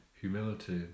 Humility